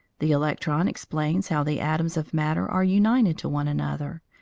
the electron explains how the atoms of matter are united to one another,